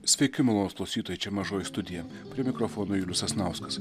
sveiki malonūs klausytojai čia mažoji studija prie mikrofono julius sasnauskas